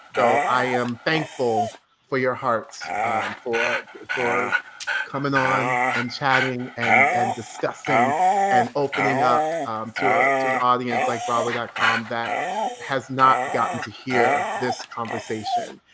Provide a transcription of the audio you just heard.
so i am thankful for your hearts for for coming on and chatting and and discussing and opening up to ah to an audience like broadway dot com that has not gotten to hear this conversation.